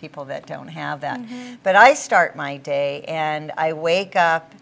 people that don't have them but i start my day and i wake up